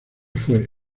fue